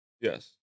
Yes